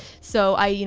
so i, you